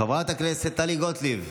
חברת הכנסת טלי גוטליב.